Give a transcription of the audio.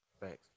Thanks